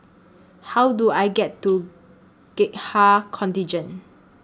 How Do I get to Gurkha Contingent